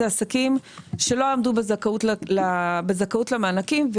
אלו עסקים שלא עמדו בזכאות למענקים,